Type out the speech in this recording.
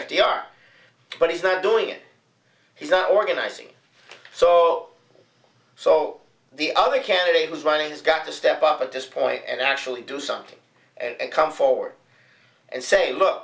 r but he's not doing it he's organizing so so the other candidate who's running has got to step up at this point and actually do something and come forward and say look